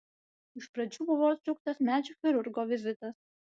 iš pradžių buvo atšauktas medžių chirurgo vizitas